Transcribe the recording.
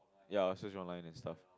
ya I search online and stuff